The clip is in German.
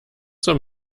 zur